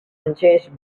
unchanged